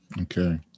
Okay